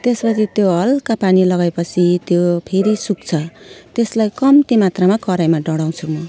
त्यसमाथि त्यो हल्का पानी लगाएपछि त्यो फेरि सुक्छ त्यसलाई कम्ती मात्रामा कराहीमा डढाउँछु म